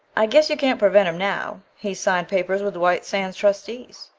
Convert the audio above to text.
i guess you can't prevent him now. he's signed papers with the white sands trustees.